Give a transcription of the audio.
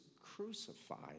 crucified